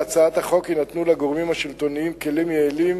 בהצעת החוק יינתנו לגורמים השלטוניים כלים יעילים